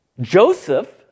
Joseph